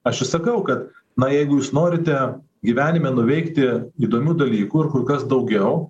aš ir sakau kad na jeigu jūs norite gyvenime nuveikti įdomių dalykų ir kur kas daugiau